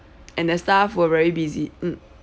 and the staff were very busy mm